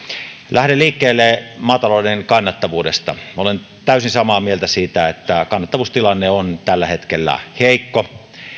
lähden liikkeelle maatalouden kannattavuudesta olen täysin samaa mieltä siitä että kannattavuustilanne on tällä hetkellä heikko